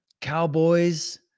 cowboys